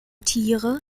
tiere